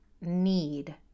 need